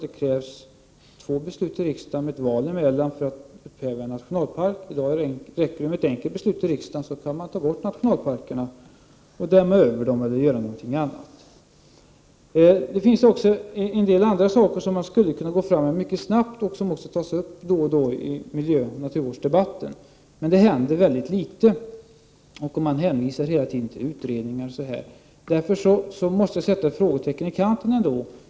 Det skulle alltså behövas två riksdagsbeslut med mellanliggande val för att upphäva beslut om nationalparker. Som det är i dag räcker det med ett enda riksdagsbeslut för att man skall få bort nationalparker, dämma över sådana osv. Det finns också en del annat som kunde åtgärdas mycket snabbt, och det nämns då och då i miljöoch naturvårdsdebatten. Men det händer väldigt litet. Man hänvisar hela tiden till utredningar. Därför måste jag sätta ett frågetecken i kanten i detta sammanhang.